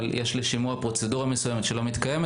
אבל יש לשימוע פרוצדורה מסוימת שלא מתקיימת.